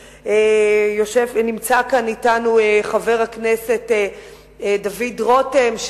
נמצא כאן אתנו חבר הכנסת דוד רותם,